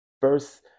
first